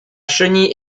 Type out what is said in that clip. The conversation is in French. chenille